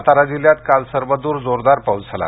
सातारा जिल्ह्यात काल सर्वदूर जोरदार पाऊस झाला